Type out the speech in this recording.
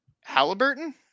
Halliburton